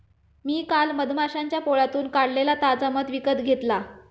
मी काल मधमाश्यांच्या पोळ्यातून काढलेला ताजा मध विकत घेतला